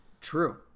true